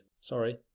Sorry